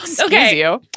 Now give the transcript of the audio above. Okay